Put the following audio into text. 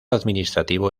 administrativo